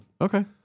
Okay